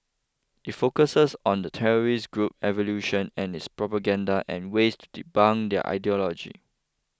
it focuses on the terrorist group's evolution and its propaganda and ways to debunk their ideology